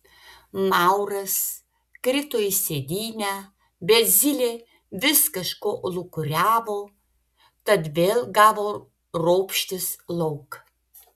mauras krito į sėdynę bet zylė vis kažko lūkuriavo tad vėl gavo ropštis lauk